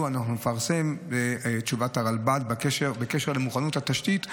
אנחנו נפרסם את תשובת הרלב"ד בקשר למוכנות התשתית,